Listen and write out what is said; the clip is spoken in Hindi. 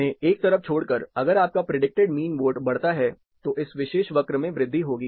उन्हें एक तरफ छोड़कर अगर आपका प्रिडिक्टेड मीन वोट बढ़ता है तो इस विशेष वक्र में वृद्धि होगी